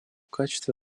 качестве